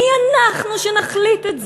מי אנחנו שנחליט את זה?